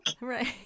Right